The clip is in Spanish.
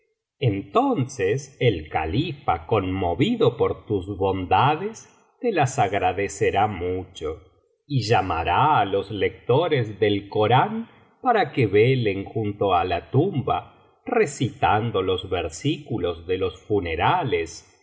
entonces el califa conmovido por tus bondades te las agradecerá mucho y llamará á los lectores del corán para que velen junto á la tumba recitando los versículos de los funerales y